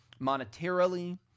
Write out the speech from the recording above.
monetarily